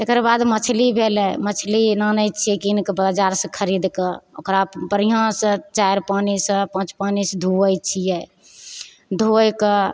तेकरबाद मछली भेलै मछली आनैत छियै कीनकऽ बजारसँ खरीदकऽ ओकरा बढ़िआँसँ चारि पानि से पाँच पानिसँ धोअइ छियै धोइकऽ